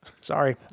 Sorry